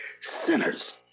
sinners